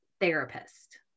therapist